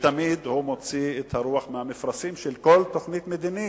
ותמיד הוא מוציא את הרוח מהמפרשים של כל תוכנית מדינית,